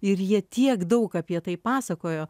ir jie tiek daug apie tai pasakojo